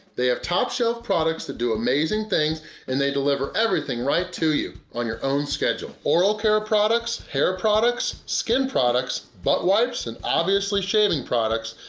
they have top shelf products that do amazing things and they delivery everything right to you, on your own schedule. oral care products, hair products, skin products, butt wipes, and obviously, shaving products,